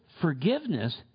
forgiveness